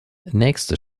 nächste